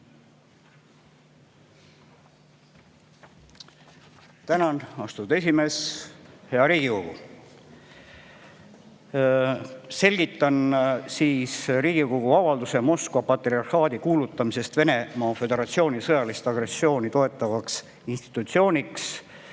Tänan, austatud esimees! Hea Riigikogu! Selgitan Riigikogu avalduse "Moskva patriarhaadi kuulutamisest Venemaa Föderatsiooni sõjalist agressiooni toetavaks institutsiooniks"